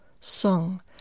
song